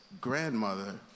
grandmother